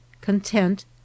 CONTENT